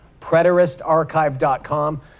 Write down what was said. preteristarchive.com